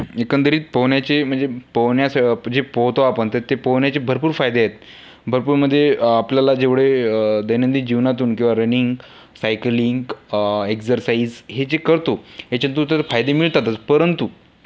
एकंदरीत पोहण्याचे म्हणजे पोहण्यास जे पोहतो आपण तर ते पोहण्याचे भरपूर फायदे आहेत भरपूर म्हणजे आपल्याला जेवढे दैनंदिन जीवनातून किंवा रनिंग सायकलिंग एक्झरसाइज हे जे करतो ह्याच्यातून तर फायदे मिळतातच परंतु